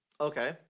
Okay